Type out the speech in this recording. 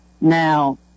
now